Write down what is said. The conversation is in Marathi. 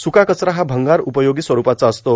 सुका कचरा हा भंगार उपयोगी स्वरूपाचा असतो